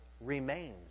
remains